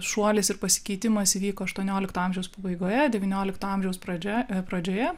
šuolis ir pasikeitimas įvyko aštuoniolikto amžiaus pabaigoje devyniolikto pradžioje pradžioje